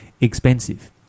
expensive